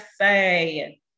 say